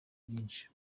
byinshi